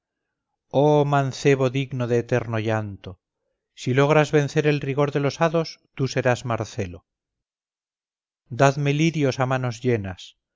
oh mancebo digno de eterno llanto si logras vencer el rigor de los hados tú serás marcelo dadme lirios a manos llenas